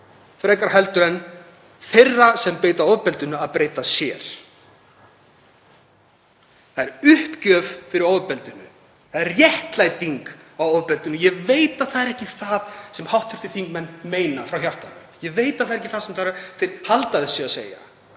að breyta sér frekar en þeirra sem beita ofbeldinu að breyta sér. Það er uppgjöf fyrir ofbeldinu. Það er réttlæting á ofbeldinu. Ég veit að það er ekki það sem hv. þingmenn meina frá hjartanu. Ég veit að það er ekki það sem þeir halda að þeir séu að segja.